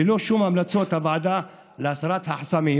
ללא המלצות הוועדה להסרת החסמים,